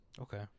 Okay